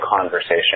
conversation